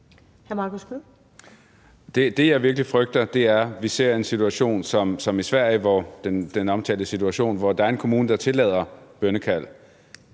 Det, jeg virkelig frygter, er, at vi ser en situation som den omtalte i Sverige, hvor der er en kommune, der tillader bønnekald.